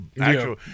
actual